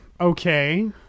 Okay